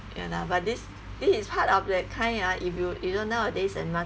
ya lah but this this is part of that kind ah if you you know nowadays in